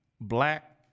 black